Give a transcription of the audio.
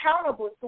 accountable